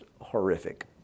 horrific